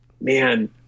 Man